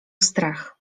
strach